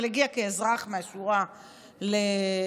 אבל הגיע כאזרח מהשורה להפגנה.